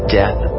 death